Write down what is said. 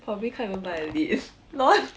probably can't even buy a lite LOL